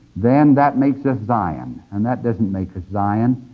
then that makes us zion. and that doesn't make us zion,